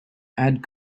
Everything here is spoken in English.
add